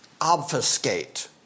obfuscate